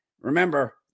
remember